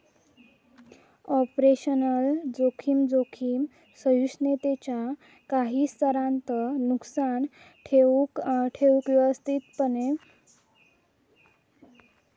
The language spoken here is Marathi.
ऑपरेशनल जोखीम, जोखीम सहिष्णुतेच्यो काही स्तरांत नुकसान ठेऊक व्यवस्थापित करण्यायोग्य असा